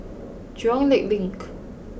Jurong Lake Link